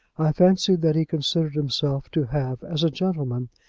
i fancy that he considered himself to have, as a gentleman,